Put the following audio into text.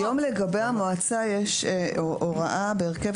היום לגבי המועצה יש הוראה: בהרכב